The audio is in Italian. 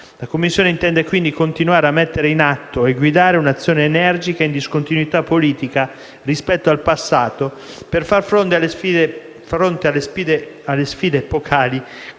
La Commissione, quindi, intende continuare a mettere in atto e guidare un'azione energica, in discontinuità politica rispetto al passato, per fare fronte alle sfide epocali